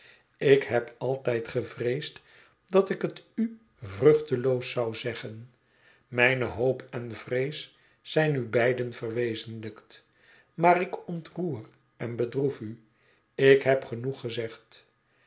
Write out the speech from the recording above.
ik heb altijd gevreesd dat ik het u vruchteloos zou zeggen mijne hoop en vrees zijn nu beide verwezenlijkt maar ik ontroer en bedroef u ik heb genoeg gezegd